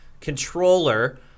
controller